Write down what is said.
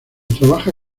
trabaja